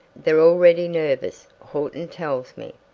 they're already nervous, horton tells me,